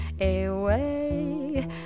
away